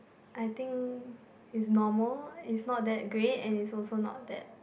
I think is normal is not that great and it is also not that